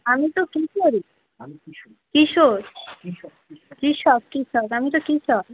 আমি তো কিশোরী কিশোর কৃষক কৃষক আমি তো কৃষক